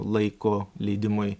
laiko leidimui